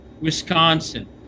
Wisconsin